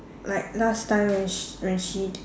like last time when sh~ when she